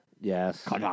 Yes